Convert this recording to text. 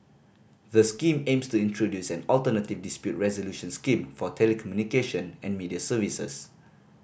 the Scheme aims to introduce an alternative dispute resolution scheme for telecommunication and media services